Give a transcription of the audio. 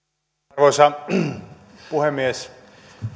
arvoisa puhemies